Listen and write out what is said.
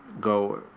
go